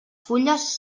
fulles